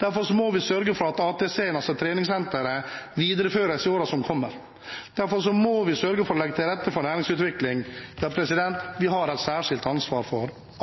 Derfor må vi sørge for at ATC, altså testsenteret, videreføres i årene som kommer. Derfor må vi sørge for å legge til rette for næringsutvikling. Vi har et særskilt ansvar for